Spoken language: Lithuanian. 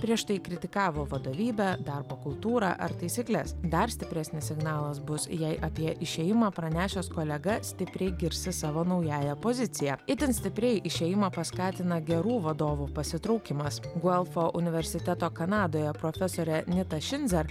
prieš tai kritikavo vadovybę darbo kultūrą ar taisykles dar stipresnis signalas bus jei apie išėjimą pranešęs kolega stipriai girsis savo naująja pozicija itin stipriai išėjimą paskatina gerų vadovų pasitraukimas golfo universiteto kanadoje profesorė nita šinzer